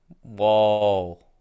Whoa